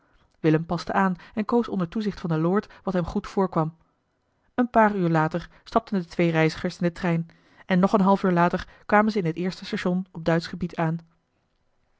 willem paste aan en koos onder toezicht van den lord wat hem goed voorkwam een paar uur later stapten de twee reizigers in den trein en nog een half uur later kwamen ze in het eerste station op duitsch gebied aan